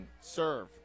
Serve